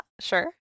sure